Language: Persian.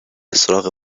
سراغ